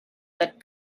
but